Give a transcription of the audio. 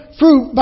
fruit